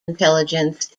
intelligence